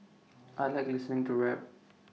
I Like listening to rap